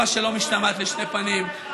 אני אומר לכם בצורה שלא משתמעת לשתי פנים,